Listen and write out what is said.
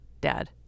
dad